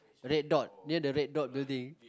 Red Dot near the Red Dot Building